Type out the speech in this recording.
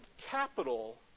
capital